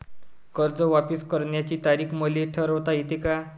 कर्ज वापिस करण्याची तारीख मले ठरवता येते का?